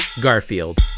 Garfield